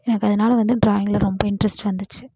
எனக்கு அதனால் வந்து ட்ராயிங்கில் ரொம்ப இன்ட்ரெஸ்ட் வந்துச்சு